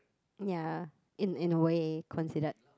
ya in in a way considered